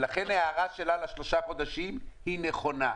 ולכן ההערה שלה לשלושה חודשים היא נכונה,